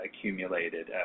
accumulated